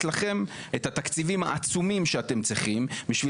את התקציבים העצומים שאתם צריכים בשביל